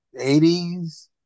80s